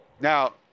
Now